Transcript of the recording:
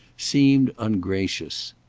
seemed ungracious.